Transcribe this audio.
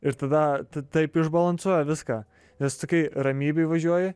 ir tada taip išbalansuoja viską nes tu kai ramybėj važiuoji